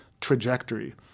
trajectory